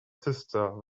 sister